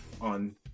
on